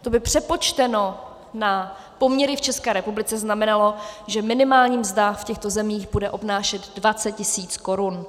To by přepočteno na poměry v České republice znamenalo, že minimální mzda v těchto zemích bude obnášet 20 tisíc korun.